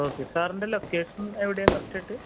okay സാറിൻ്റെ location എവിടെയാ correct ആയിട്ട്